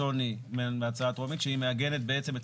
השוני מההצעה הטרומית שהיא מעגנת בעצם את